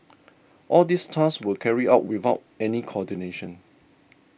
all these tasks were carried out without any coordination